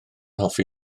hoffi